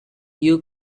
you